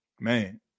man